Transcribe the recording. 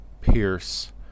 Pierce